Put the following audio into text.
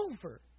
over